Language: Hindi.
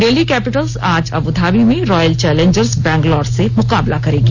डेल्ही कैपिटल्स आज अबुधाबी में रॉयल चैलेंजर्स बैंगलोर से मुकाबला करेगी